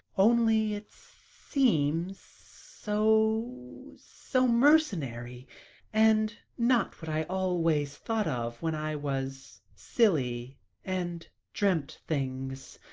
only it seems so so mercenary and not what i always thought of when i was silly and dreamt things,